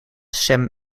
sem